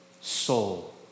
soul